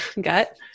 gut